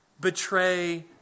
betray